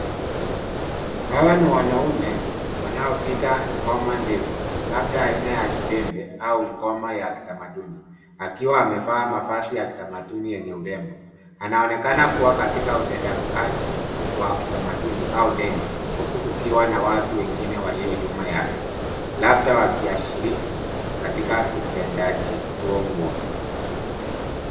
Hawa ni wanaume wanaopiga ngoma ndefu labda aina ya debe au ngoma ya kitamaduni akiwa amevaa mavazi ya kitamaduni yenye urembo . Aanaonekana kuwa katika utendaji wa kitamaduni au densi huku kukiwa na watu wengine walio nyuma yake labda wakishiriki utendaji huo huo.